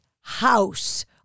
house